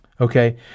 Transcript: Okay